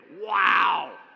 Wow